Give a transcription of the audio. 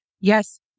yes